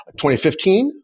2015